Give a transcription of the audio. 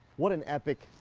what an epic,